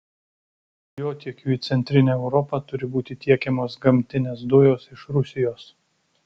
dujotiekiu į centrinę europą turi būti tiekiamos gamtinės dujos iš rusijos